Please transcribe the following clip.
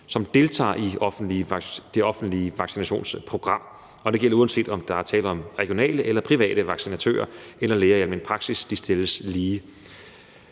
som deltager i det offentlige vaccinationsprogram, og det gælder, uanset om der er tale om regionale eller private vaccinatører eller læger i almen praksis. De stilles lige.